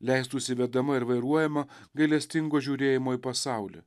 leistųsi vedama ir vairuojama gailestingo žiūrėjimo į pasaulį